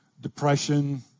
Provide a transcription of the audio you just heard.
depression